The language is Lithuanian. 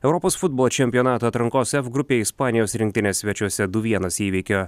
europos futbolo čempionato atrankos f grupėje ispanijos rinktinė svečiuose du vienas įveikė